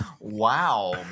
Wow